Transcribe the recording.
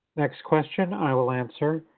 next question i will answer.